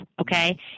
Okay